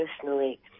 personally